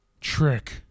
Trick